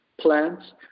plants